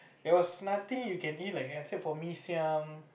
there was nothing you can eat like let's say for mee-siam